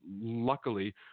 luckily